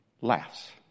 laughs